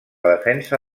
defensa